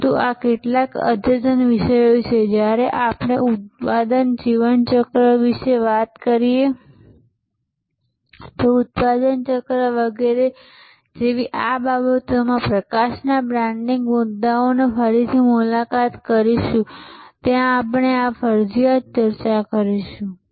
પરંતુ આ કેટલાક અદ્યતન વિષયો છે જ્યારે આપણે ઉત્પાદન જીવનચક્ર વગેરે જેવી આ બાબતોના પ્રકાશમાં બ્રાન્ડિંગના મુદ્દાઓની ફરી મુલાકાત કરીશું ત્યારે આપણે આ ફરજિયાત ચર્ચા કરીશું